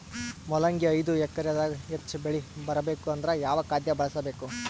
ಮೊಲಂಗಿ ಐದು ಎಕರೆ ದಾಗ ಹೆಚ್ಚ ಬೆಳಿ ಬರಬೇಕು ಅಂದರ ಯಾವ ಖಾದ್ಯ ಬಳಸಬೇಕು?